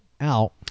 out